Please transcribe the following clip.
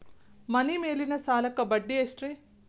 ಮನಿ ಮೇಲಿನ ಸಾಲಕ್ಕ ಬಡ್ಡಿ ಎಷ್ಟ್ರಿ?